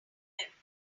november